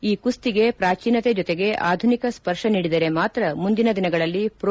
ಈ ಕುಸ್ತಿಗೆ ಪಾಚೀನತೆ ಜೊತೆಗೆ ಆಧುನಿಕ ಸ್ಪರ್ಶ ನೀಡಿದರೆ ಮಾತ್ರ ಮುಂದಿನ ದಿನಗಳಲ್ಲಿ ಪ್ರೊ